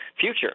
future